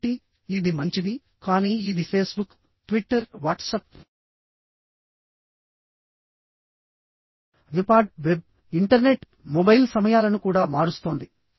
కాబట్టిఇది మంచిది కానీ ఇది Facebook Twitter WhatsApp iPad web internet mobile సమయాలను కూడా మారుస్తోంది